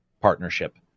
partnership